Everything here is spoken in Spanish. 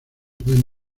pueden